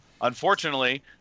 unfortunately